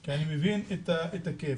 כי אני מבין את הכאב